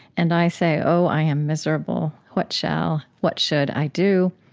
and i say, oh, i am miserable, what shall what should i do?